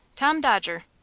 tom dodger.